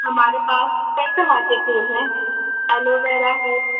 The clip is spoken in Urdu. ہمارے پاس کئی طرح کے پھول ہیں ایلو ویرہ ہے